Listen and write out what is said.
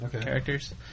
characters